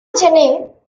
gener